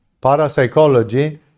Parapsychology